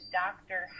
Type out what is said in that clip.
doctor